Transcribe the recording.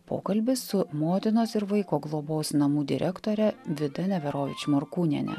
pokalbis su motinos ir vaiko globos namų direktore vida neverovič morkūniene